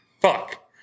Fuck